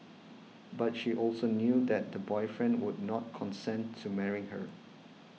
but she also knew that the boyfriend would not consent to marrying her